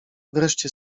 wreszcie